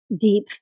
deep